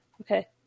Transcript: Okay